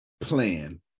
plan